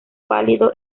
pálido